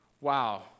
wow